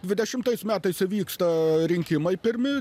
dvidešimtais metais įvyksta rinkimai pirmi